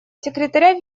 секретаря